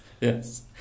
yes